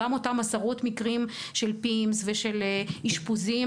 יש גם את אותם עשרות מקרים של PIMS ושל אשפוזים,